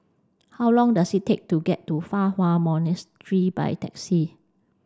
how long does it take to get to Fa Hua Monastery by taxi